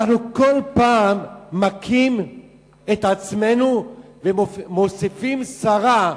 אנחנו כל פעם מכים את עצמנו ומוסיפים סרה,